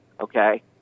okay